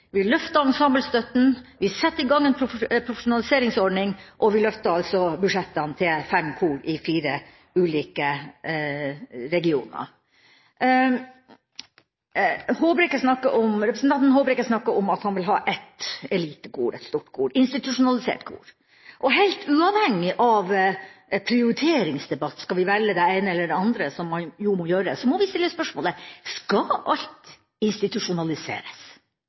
vi løfter ensemblestøtten, vi setter i gang en profesjonaliseringsordning, og vi løfter altså budsjettene til fem kor i fire ulike regioner. Representanten Håbrekke snakker om at han vil ha ett elitekor, et stort kor, et institusjonalisert kor. Helt uavhengig av en prioriteringsdebatt – skal vi velge det ene eller det andre, som man jo må gjøre – må vi stille spørsmål: Skal alt institusjonaliseres?